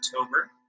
october